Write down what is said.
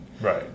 right